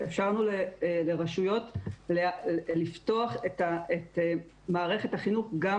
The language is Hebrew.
אפשרנו לרשויות לפתוח את מערכת החינוך גם